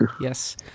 yes